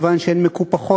מכיוון שהן מקופחות,